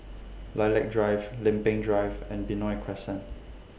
Lilac Drive Lempeng Drive and Benoi Crescent